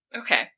Okay